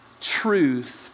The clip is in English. truth